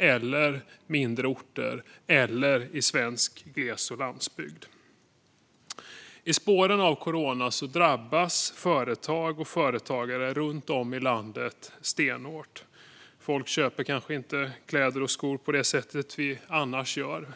i mindre orter eller på svensk gles och landsbygd. I spåren av corona drabbas företag och företagare runt om i landet stenhårt. Folk köper kanske inte kläder och skor på det sätt som vi annars gör.